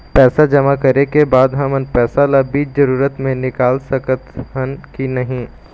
पैसा जमा करे के बाद हमन पैसा ला बीच जरूरत मे निकाल सकत हन की नहीं?